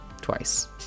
twice